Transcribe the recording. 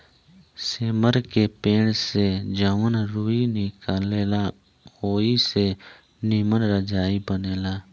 सेमर के पेड़ से जवन रूई निकलेला ओई से निमन रजाई बनेला